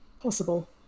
possible